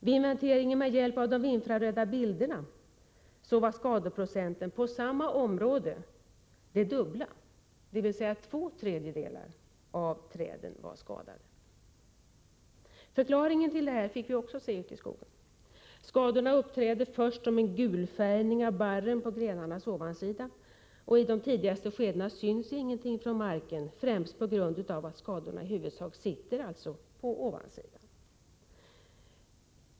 Vid inventeringen med hjälp av bilderna tagna med infrarött ljus visade sig skadeandelen inom samma område vara den dubbla — dvs. två tredjedelar av träden var skadade. Förklaringen till detta fick vi när vi studerade förhållandena ute i skogen. Skadorna uppträder först som en gulfärgning av barren på grenarnas ovansida. I de tidigaste skedena syns ingenting från marken, främst på grund av att skadorna i huvudsak sitter på ovansidan.